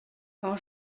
quand